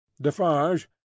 defarge